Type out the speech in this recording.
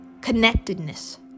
Connectedness